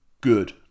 good